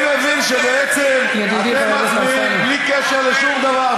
אני מבין שבעצם הרבה מצביעים בלי קשר לשום דבר,